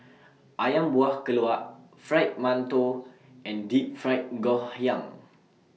Ayam Buah Keluak Fried mantou and Deep Fried Ngoh Hiang